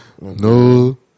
No